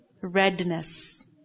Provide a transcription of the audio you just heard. Redness